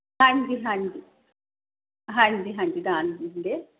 ਹਾਂਜੀ ਹਾਂਜੀ ਹਾਂਜੀ ਹਾਂਜੀ